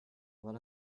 let